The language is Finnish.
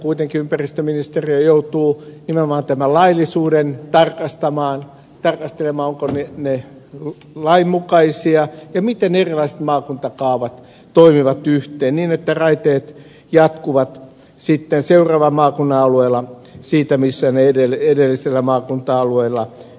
kuitenkin ympäristöministeriö joutuu nimenomaan tämän laillisuuden tarkastamaan tarkastelemaan ovatko ne lainmukaisia ja miten erilaiset maakuntakaavat toimivat yhteen niin että raiteet jatkuvat sitten seuraavan maakunnan alueella siitä mihin ne edellisellä maakunta alueella loppuvat